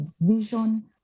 vision